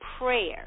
prayer